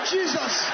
Jesus